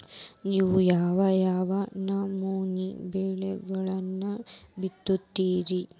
ನೇವು ಯಾವ್ ಯಾವ್ ನಮೂನಿ ಬೆಳಿಗೊಳನ್ನ ಬಿತ್ತತಿರಿ?